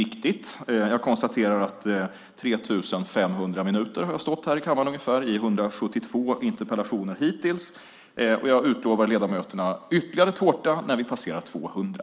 Hittills har jag stått här i kammaren i ungefär 3 500 minuter i 172 interpellationsdebatter. Jag utlovar ledamöterna ytterligare tårta när vi passerar 200.